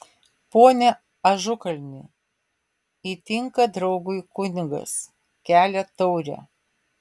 pone ažukalni įtinka draugui kunigas kelia taurę